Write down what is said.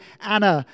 Anna